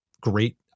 great